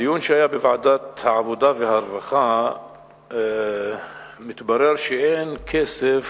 בדיון שהיה בוועדת העבודה והרווחה נתברר שאין כסף